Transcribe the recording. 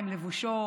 הן לבושות,